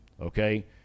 okay